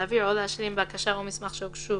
להבהיר או להשלים בקשה או מסמך שהוגשו